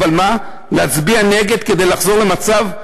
אבל להצביע נגד כדי לחזור למצב,